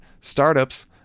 Startups